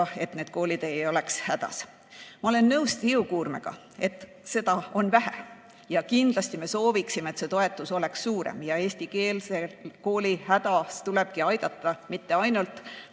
et need koolid ei oleks hädas. Ma olen nõus Tiiu Kuurmega, et seda on vähe, ja kindlasti me sooviksime, et see toetus oleks suurem. Ja eestikeelset kooli hädas tulebki aidata mitte ainult